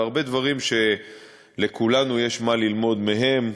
והרבה דברים שלכולנו יש מה ללמוד מהם,